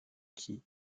key